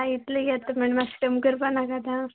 हांव इतले घेत म्हूण मातशें कमी करपाक नाका आतां